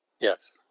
Yes